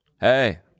hey